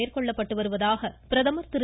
மேற்கொள்ளப்பட்டு வருவதாக பிரதமர் திரு